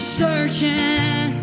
searching